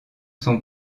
sont